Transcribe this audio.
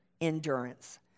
endurance